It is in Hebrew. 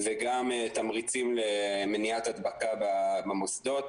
גם תמריצים למניעת הדבקה במוסדות.